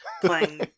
playing